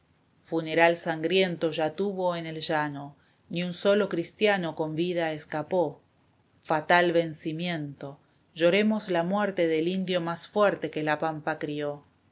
funeral sangriento ya tuvo en el llano ni un solo cristiano con vida escapó fatal vencimiento lloremos la muerte del indio más fuerte que la pampa crió